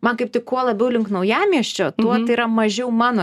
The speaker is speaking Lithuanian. man kaip tik kuo labiau link naujamiesčio tuo tai yra mažiau mano